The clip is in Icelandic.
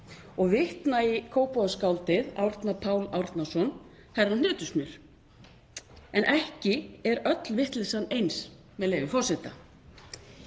og vitna í Kópavogsskáldið Árna Pál Árnason, Herra Hnetusmjör: „Ekki er öll vitleysan eins“ með leyfi forseta.